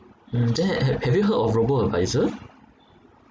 mm then have have you heard of robo adviser